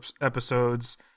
episodes